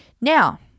Now